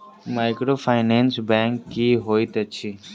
Microfinance bank की होइत अछि?